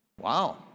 Wow